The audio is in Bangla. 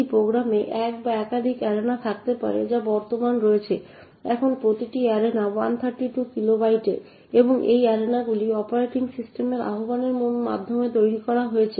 একটি প্রোগ্রামে এক বা একাধিক অ্যারেনা থাকতে পারে যা বর্তমান রয়েছে এখন প্রতিটি অ্যারেনা 132 কিলোবাইটের এবং এই অ্যারেনাগুলি অপারেটিং সিস্টেমের আহ্বানের মাধ্যমে তৈরি করা হয়েছে